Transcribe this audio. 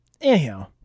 Anyhow